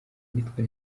nitwe